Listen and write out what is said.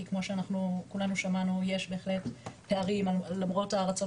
כי כמו שאנחנו כולנו שמענו יש בהחלט פערים למרות הרצון